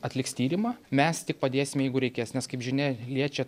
atliks tyrimą mes tik padėsime jeigu reikės nes kaip žinia liečia